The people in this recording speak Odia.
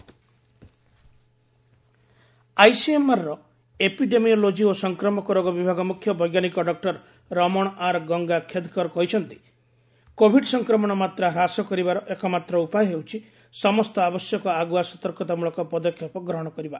ଫୋନ୍ ଇନ୍ ଆଇସିଏମ୍ଆର୍ର ଏପିଡେମିଓଲୋକି ଓ ସଂକ୍ରମକ ରୋଗ ବିଭାଗ ମୁଖ୍ୟ ବୈଜ୍ଞାନିକ ଡକ୍କର ରମଣ ଆର୍ ଗଙ୍ଗା ଖେଦକର କହିଛନ୍ତି କୋଭିଡ ସଂକ୍ରମଣ ମାତ୍ରା ହ୍ରାସକରିବାର ଏକମାତ୍ର ଉପାୟ ହେଉଛି ସମସ୍ତ ଆବଶ୍ୟକ ଆଗୁଆ ସତର୍କତାମୃଳକ ପଦକ୍ଷେପ ଗ୍ରହଣ କରିବା